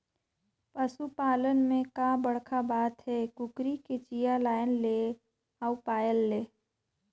पसू पालन में का बड़खा बात हे, कुकरी के चिया लायन ले अउ पायल ले